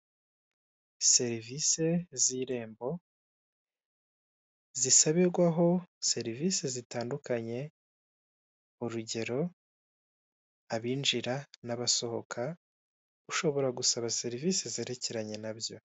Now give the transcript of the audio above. Serivise z'Irembo zisabirwaho serivise zitandukanye, urugero abinjira n'abasohoka ushobora gusaba serivise zerekeranye nabyo.